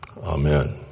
Amen